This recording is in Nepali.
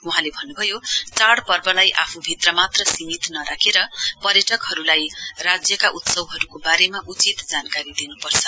वहाँले भन्नुभयो चाइपर्वलाई आफुभित्र मात्र सीमित नराखेर पर्यटकहरुलाई राज्यका उत्सवहरुको वारेमा उचित जानकारी दिनुपर्छ